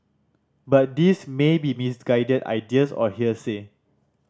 but these may be misguided ideas or hearsay